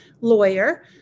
lawyer